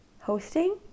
hosting